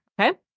okay